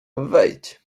wejdź